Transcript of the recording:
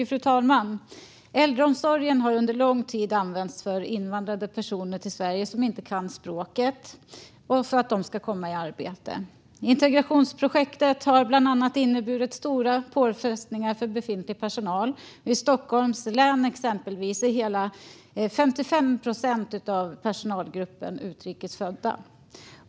Fru talman! Äldreomsorgen har under lång tid använts för invandrade personer till Sverige som inte kan språket så att de kan komma i arbete. Integrationsprojektet har bland annat inneburit stora påfrestningar för befintlig personal. I exempelvis Stockholms län är hela 55 procent av personalgruppen utrikes födda.